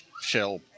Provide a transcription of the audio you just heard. shell